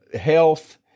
health